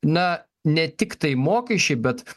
na ne tiktai mokesčiai bet